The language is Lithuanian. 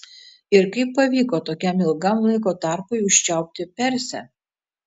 ir kaip pavyko tokiam ilgam laiko tarpui užčiaupti persę